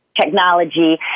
technology